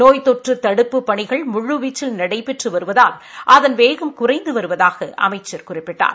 நோய் தொற்று தடுப்புப் பணிகள் முழுவீச்சில் நடைபெற்று வருவதால் அதன் வேகம் குறைந்து வருவதாக அமைச்சர் குறிப்பிட்டார்